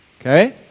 okay